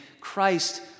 Christ